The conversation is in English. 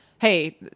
Hey